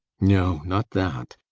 no, not that.